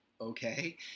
okay